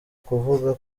kuvuga